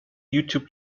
youtube